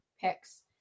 picks